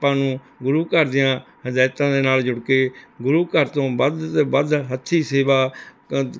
ਆਪਾਂ ਨੂੰ ਗੁਰੂ ਘਰ ਦੀਆਂ ਹਦਾਇਤਾਂ ਦੇ ਨਾਲ਼ ਜੁੜ ਕੇ ਗੁਰੂ ਘਰ ਤੋਂ ਵੱਧ ਤੋਂ ਵੱਧ ਹੱਥੀ ਸੇਵਾ